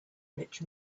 rich